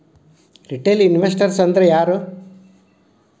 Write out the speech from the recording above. Retail investors ಅಂದ್ರಾ ಯಾರು?